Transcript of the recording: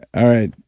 all right.